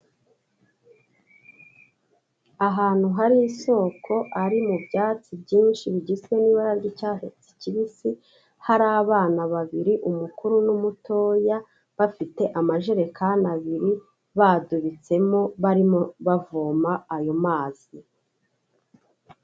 Ahantu hari isoko ari mu byatsi byinshi bigizwe n'ibara ry'icyatsi kibisi, hari abana babiri umukuru n'umutoya bafite amajerekani abiri badubitsemo barimo bavoma ayo mazi.